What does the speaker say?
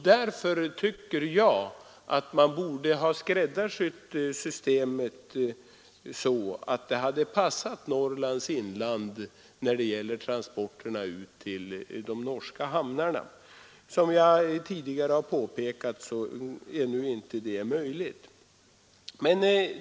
Därför tycker jag att man borde ha skräddarsytt systemet så att det hade passat Norrlands inland när det gäller transporterna ut till de norska hamnarna. Som jag tidigare har påpekat är nu inte det möjligt.